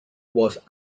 was